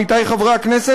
עמיתי חברי הכנסת,